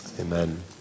Amen